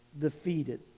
defeated